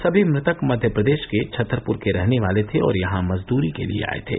सभी मृतक मध्य प्रदेश के छतरपुर के रहने वाले थे और यहां मजदूरी के लिए आए थे